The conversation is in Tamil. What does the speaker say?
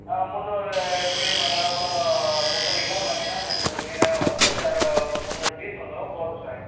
ஆ முந்நூறு எப்படியும் பார்த்தாலும் கூட முப்பது கிலோ பார்த்தீங்கன்னா முப்பது மீன் வந்துடும் சாரு ஒரு முந்நூறு பீஸு வந்துடும் போதும் சார்